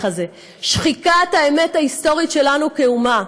הזה: שחיקת האמת ההיסטורית שלנו כאומה,